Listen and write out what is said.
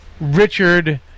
Richard